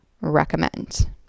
recommend